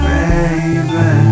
Baby